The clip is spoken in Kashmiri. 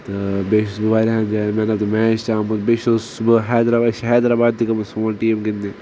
تہِ بییہ چھُس بہٕ واریاہن جاین مین آف دَ میچ تہِ آمُت بییہ چھُس بہِ حیدآاباد أسۍ چھِ حیدآاباد تہِ گٕمٕتۍ سون ٹیٖم گندنہِ